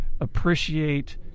appreciate